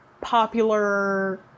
popular